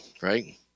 Right